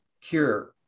cure